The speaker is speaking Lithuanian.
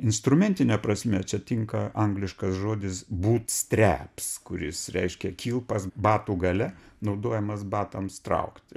instrumentine prasme čia tinka angliškas žodis būtstreps kuris reiškia kilpas batų gale naudojamas batams traukti